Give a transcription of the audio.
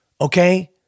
okay